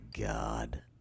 God